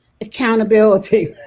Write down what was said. accountability